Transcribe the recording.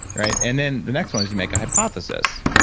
right? and then the next one is you make a hypothesis.